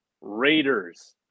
Raiders